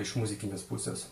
iš muzikinės pusės